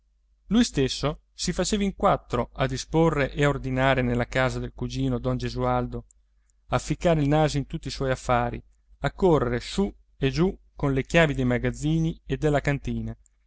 lui stesso si faceva in quattro a disporre e a ordinare nella casa del cugino don gesualdo a ficcare il naso in tutti i suoi affari a correre su e giù con le chiavi dei magazzini e della cantina